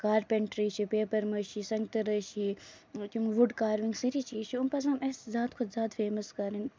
carpentry چھِ paper مٲشی چھِ سَنگ تَرٲشی یِم وُڈ کاروِنگ سٲری چیٖز چھِ یِم پَزن اَسہِ زیادٕ کھۄتہٕ زیادٕ فیمَس کَرٕنۍ